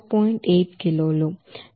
8 కిలోలు